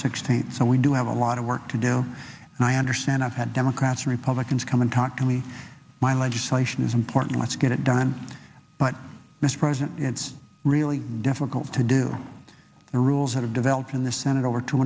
sixteenth so we do have a lot of work to do and i understand i've had democrats republicans come and talk to me my legislation is important let's get it done mr president it's really difficult to do and rules have developed in the senate over two